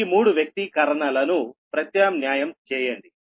ఈ మూడు వ్యక్తీకరణలను ప్రతిక్షేపించండి